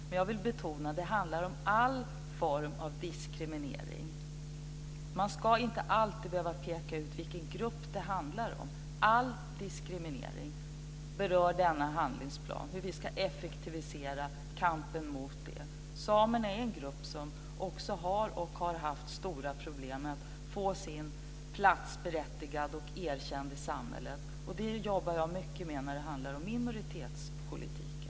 Men jag vill betona att det handlar om all form av diskriminering. Man ska inte alltid behöva peka ut vilken grupp det handlar om. Denna handlingsplan berör all diskriminering och hur vi ska effektivisera kampen mot den. Samerna är en grupp som har och har haft stora problem med att få sin plats berättigad och erkänd i samhället. Det jobbar jag mycket med när det handlar om minoritetspolitiken.